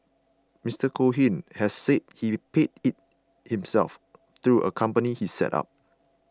Mister Cohen has said he paid it himself through a company he set up